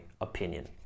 opinion